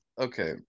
okay